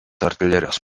artilerijos